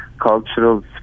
cultural